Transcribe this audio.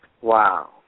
Wow